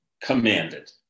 commanded